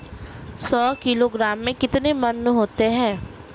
सौ किलोग्राम में कितने मण होते हैं?